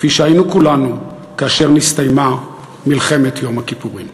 כפי שהיינו כולנו כאשר נסתיימה מלחמת יום הכיפורים.